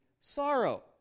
sorrow